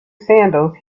sandals